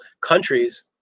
countries